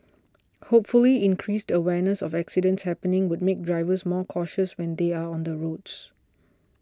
hopefully increased awareness of accidents happening would make drivers more cautious when they are on the roads